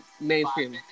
mainstream